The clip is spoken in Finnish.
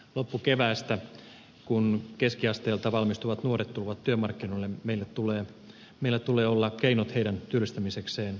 loppukeväästä kun keskiasteelta valmistuvat nuoret tulevat työmarkkinoille meillä tulee olla keinot heidän työllistämisekseen valmiina